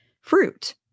fruit